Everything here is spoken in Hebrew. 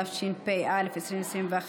התשפ"א 2021,